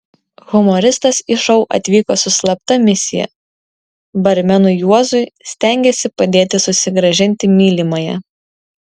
humoristas į šou atvyko su slapta misija barmenui juozui stengėsi padėti susigrąžinti mylimąją